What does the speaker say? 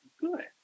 good